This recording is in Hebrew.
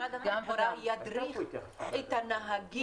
האם משרד התחבורה ידריך את הנהגים?